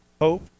hope